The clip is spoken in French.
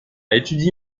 étudié